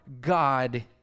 God